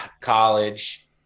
college